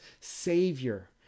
Savior